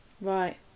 Right